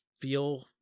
feel